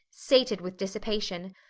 sated with dissipation,